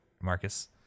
Marcus